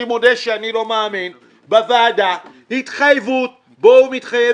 אני מודה שאני לא מאמין בוועדה התחייבות בה הוא מתחייב